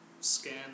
scan